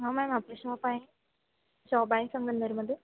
हा मॅम आपल्या शॉप आहे शॉप आहे संगमनरमध्ये